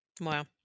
wow